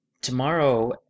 tomorrow